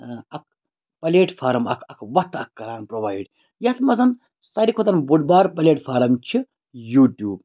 اَکھ platform اَکھ اَکھ وَتھ اَکھ کَران پرووایڈ یَتھ منٛز ساروی کھۄتَن بوٚڑ بار پَلیٹ فارَم چھِ یوٗٹیوٗب